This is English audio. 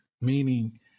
meaning